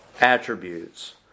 Attributes